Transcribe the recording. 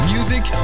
Music